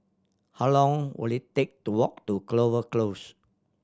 how long will it take to walk to Clover Close